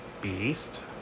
beast